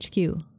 HQ